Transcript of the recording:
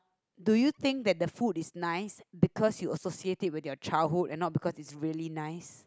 do you think that the food is nice because you associated it with your childhood and not because is really nice